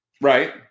Right